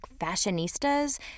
fashionistas